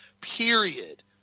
period